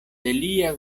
lia